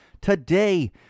today